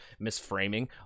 misframing